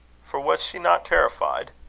for was she not terrified?